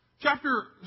Chapter